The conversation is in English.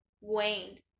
waned